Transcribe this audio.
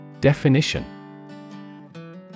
Definition